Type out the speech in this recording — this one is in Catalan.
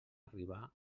arribar